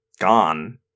gone